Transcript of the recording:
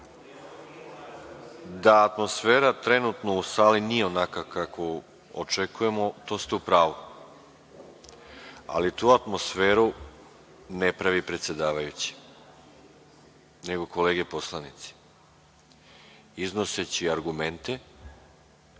Da atmosfera u sali trenutno u sali nije onakva kakvu očekujemo, to ste u pravu, ali tu atmosferu ne pravi predsedavajući, nego kolege poslanici, iznoseći argumente